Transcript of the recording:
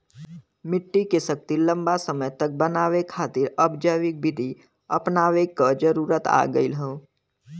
मट्टी के शक्ति लंबा समय तक बनाये खातिर अब जैविक विधि अपनावे क जरुरत आ गयल हौ